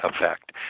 effect